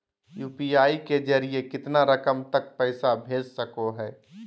UPI के जरिए कितना रकम तक पैसा भेज सको है?